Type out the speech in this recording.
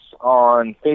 on